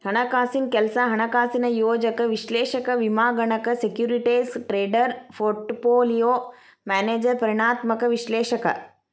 ಹಣಕಾಸಿನ್ ಕೆಲ್ಸ ಹಣಕಾಸಿನ ಯೋಜಕ ವಿಶ್ಲೇಷಕ ವಿಮಾಗಣಕ ಸೆಕ್ಯೂರಿಟೇಸ್ ಟ್ರೇಡರ್ ಪೋರ್ಟ್ಪೋಲಿಯೋ ಮ್ಯಾನೇಜರ್ ಪರಿಮಾಣಾತ್ಮಕ ವಿಶ್ಲೇಷಕ